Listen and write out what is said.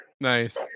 nice